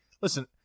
listen